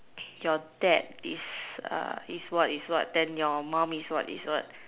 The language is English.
your dad is uh is what is what then your mum is what is what